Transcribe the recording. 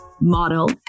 model